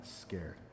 scared